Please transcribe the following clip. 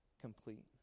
complete